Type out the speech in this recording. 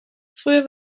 früher